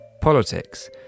politics